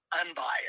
unbiased